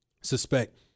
suspect